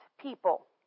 people